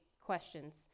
questions